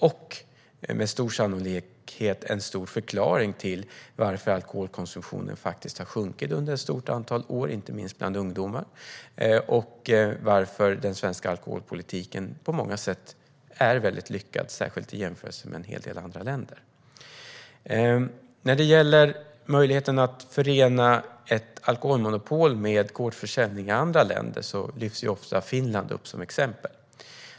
Det är med stor sannolikhet en stor förklaring till att alkoholkonsumtionen har sjunkit under ett stort antal år inte minst bland ungdomar och till att den svenska alkoholpolitiken på många sätt är väldigt lyckad särskilt i jämförelse med en hel del andra länder. När det gäller möjligheten att förena ett alkoholmonopol med gårdsförsäljning i andra länder lyfts ofta Finland upp som exempel.